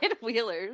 Wheelers